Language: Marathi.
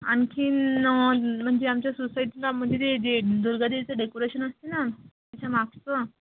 आणखीन म्हणजे आमच्या सोसायटीत ना म्हणजे जे जे दुर्गादेवीचं डेकोरेशन असते ना त्याच्यामागचं